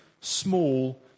small